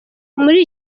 muri